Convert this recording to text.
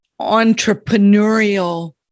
entrepreneurial